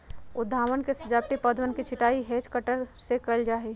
उद्यानवन में सजावटी पौधवन के छँटाई हैज कटर से कइल जाहई